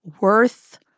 worth